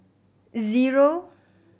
zero